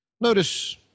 Notice